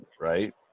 Right